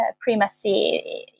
primacy